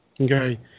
Okay